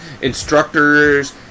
instructors